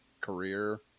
career